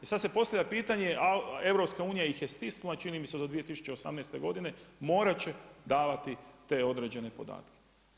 I sada se postavlja pitanje EU ih je stisnula, čini mi se do 2018. godine morati će davati te određene podatke.